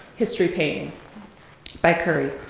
history painting by curry.